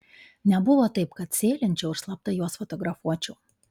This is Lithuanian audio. nebuvo taip kad sėlinčiau ir slapta juos fotografuočiau